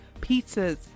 pizzas